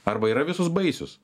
arba yra visos baisios